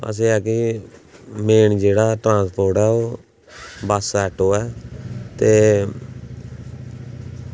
असें एह् ऐ की मेन जेह्ड़ा ट्रांसपोर्ट ऐ ओह् बस्स ऑटो ऐ ते